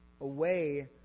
Away